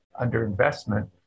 underinvestment